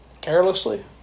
Carelessly